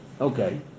Okay